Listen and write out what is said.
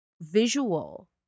visual